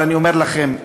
אני אומר לכם,